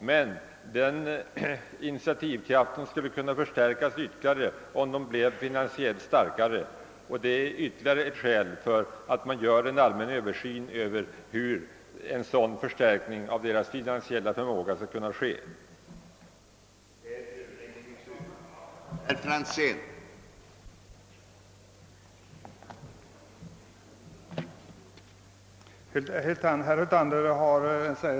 Men denna initiativkraft skulle kunna förstärkas ytterligare om företagen bleve finansiellt stabilare, vilket är ännu ett skäl för att man gör en allmän översyn av hur deras finansiella förmåga skall kunna förbättras.